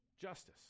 justice